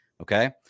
Okay